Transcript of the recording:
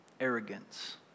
Arrogance